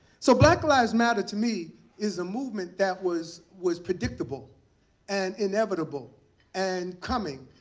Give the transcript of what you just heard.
so black lives matter to me is a movement that was was predictable and inevitable and coming.